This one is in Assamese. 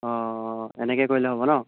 অঁ এনেকৈ কৰিলে হ'ব ন